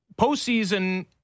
postseason